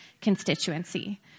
constituency